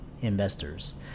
investors